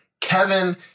Kevin